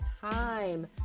time